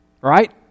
Right